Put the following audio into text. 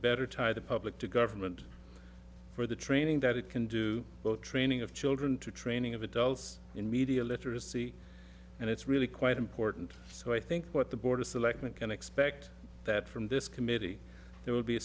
better tie the public to government for the training that it can do both training of children to training of adults in media literacy and it's really quite important so i think what the board of selectmen can expect that from this committee there will be a